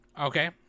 Okay